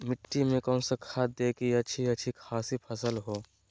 मिट्टी में कौन सा खाद दे की अच्छी अच्छी खासी फसल हो?